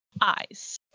eyes